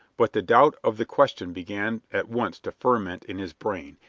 but the doubt of the question began at once to ferment in his brain,